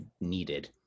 needed